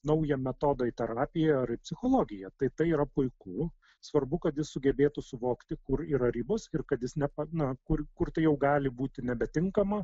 naują metodą į terapiją ar į psichologiją tai tai yra puiku svarbu kad jis sugebėtų suvokti kur yra ribos ir kad jis ne pa na kur kur jau gali būti nebetinkama